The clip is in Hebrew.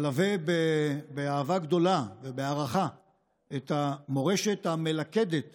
ואלווה באהבה גדולה ובהערכה את המורשת המלכדת